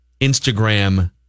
Instagram